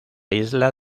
isla